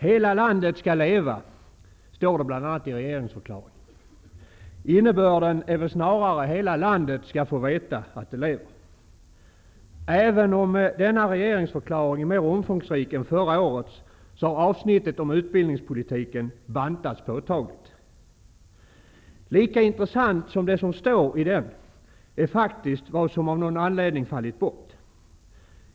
Hela landet skall leva, står det bl.a. i regeringsförklaringen. Innebörden är snarare att hela landet skall få veta att det lever! Även om denna regeringsförklaring är mera omfångsrik än förra årets, har avsnittet om utbildningspolitiken bantats påtagligt. Lika intressant som det som står i den är faktiskt vad som av någon anledning fallit bort.